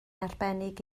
arbennig